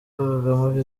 kagame